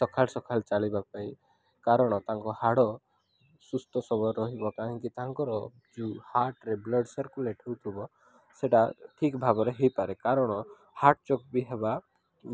ସକାଳୁ ସକାଳୁ ଚାଲିବା ପାଇଁ କାରଣ ତାଙ୍କ ହାଡ଼ ସୁସ୍ଥ ସବଳ ରହିବ କାହିଁକି ତାଙ୍କର ଯେଉଁ ହାର୍ଟ୍ରେ ବ୍ଲଡ଼୍ ସାର୍କୁଲେଟ୍ ହଉଥିବ ସେଇଟା ଠିକ୍ ଭାବରେ ହେଇପାରେ କାରଣ ହାର୍ଟ୍ ଚୋକ୍ ବି ହେବା